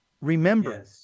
Remember